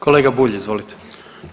Kolega Bulj, izvolite.